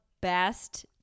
best